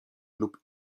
lub